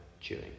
chewing